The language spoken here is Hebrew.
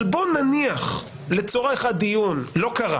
אבל בואו נניח לצורך הדיון זה לא קרה